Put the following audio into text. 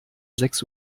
sechs